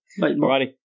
Alrighty